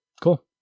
Cool